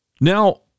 Now